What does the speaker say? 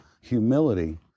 humility